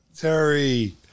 Terry